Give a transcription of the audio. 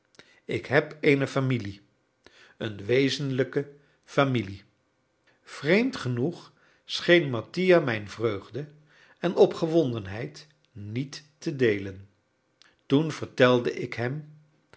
ik heb eene familie eene wezenlijke familie vreemd genoeg scheen mattia mijne vreugde en opgewondenheid niet te deelen toen vertelde ik hem